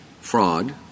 fraud